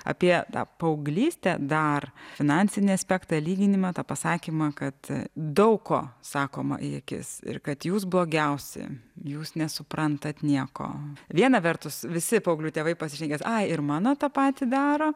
apie tą paauglystę dar finansinį aspektą lyginimą tą pasakymą kad daug ko sakoma į akis ir kad jūs blogiausi jūs nesuprantat nieko viena vertus visi paauglių tėvai pasišnekėt ai ir mano tą patį daro